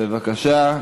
בבקשה.